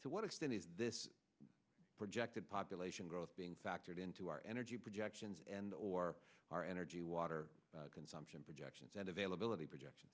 to what extent is this projected population growth being factored into our energy projections and or our energy water consumption projections and availability projection